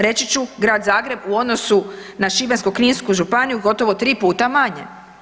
Reći ću Grad Zagreb u odnosu na Šibensko-kninsku županiju gotovo tri puta manje.